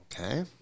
Okay